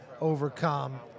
overcome